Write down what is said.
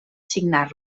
signar